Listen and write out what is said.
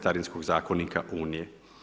Carinskog zakonika Unije.